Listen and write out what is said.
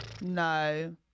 No